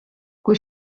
kui